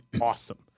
awesome